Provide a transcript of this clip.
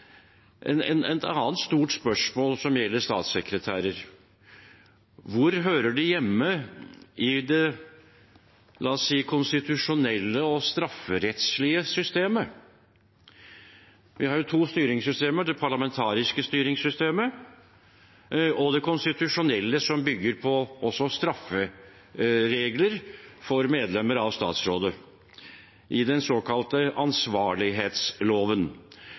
et annet stort spørsmål som gjelder statssekretærer: Hvor hører de hjemme i det konstitusjonelle og strafferettslige systemet? Vi har to styringssystemer, det parlamentariske styringssystemet og det konstitusjonelle, som også bygger på strafferegler for medlemmer av statsrådet i den såkalte ansvarlighetsloven.